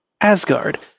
Asgard